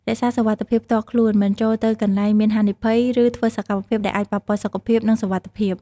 រក្សាសុវត្ថិភាពផ្ទាល់ខ្លួន មិនចូលទៅកន្លែងមានហានិភ័យ ឬធ្វើសកម្មភាពដែលអាចប៉ះពាល់សុខភាព និងសុវត្ថិភាព។